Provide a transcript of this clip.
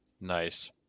nice